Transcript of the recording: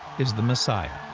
is the messiah.